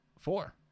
Four